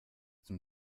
zum